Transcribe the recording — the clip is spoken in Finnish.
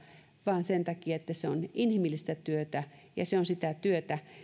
vaan sen takia että se on inhimillistä työtä ja se on sitä työtä